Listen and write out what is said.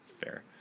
Fair